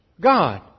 God